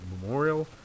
Memorial